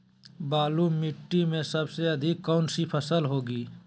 बालू मिट्टी में सबसे अधिक कौन सी फसल होगी?